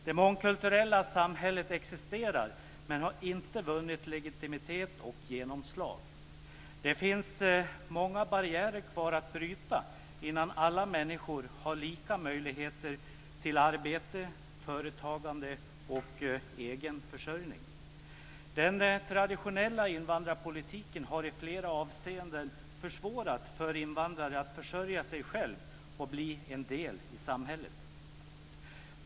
Det mångkulturella samhället existerar, men det har inte vunnit legitimitet och genomslag. Det finns många barriärer kvar att bryta innan alla människor har samma möjligheter till arbete, företagande och egen försörjning. Den traditionella invandrarpolitiken har i flera avseenden försvårat för invandrare att försörja sig själva och bli en del i samhället.